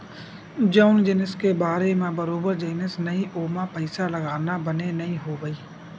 जउन जिनिस के बारे म बरोबर जानस नइ ओमा पइसा लगाना बने नइ होवय